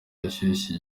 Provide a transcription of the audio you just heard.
ashyushye